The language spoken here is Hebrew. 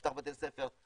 תפתח בתי ספר.